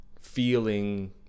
feeling